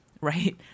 right